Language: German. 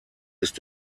ist